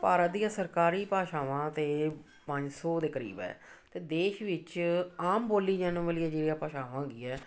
ਭਾਰਤ ਦੀਆਂ ਸਰਕਾਰੀ ਭਾਸ਼ਾਵਾਂ ਤਾਂ ਪੰਜ ਸੌ ਦੇ ਕਰੀਬ ਹੈ ਅਤੇ ਦੇਸ਼ ਵਿੱਚ ਆਮ ਬੋਲੀ ਜਾਣ ਵਾਲੀਆਂ ਜਿਹੜੀਆਂ ਭਾਸ਼ਾਵਾਂ ਹੈਗੀਆਂ